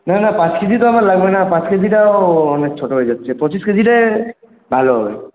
না না পাঁচ কেজি তো আমার লাগবে না পাঁচ কেজিটাও অনেক ছোটো হয়ে যাচ্ছে পঁচিশ কেজিটাই ভালো হবে